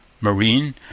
marine